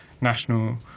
national